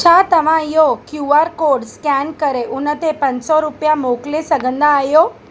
छा तव्हां इहो क्यू आर कोड स्केन करे उन ते पंज सौ रुपिया मोकिले सघंदा आहियो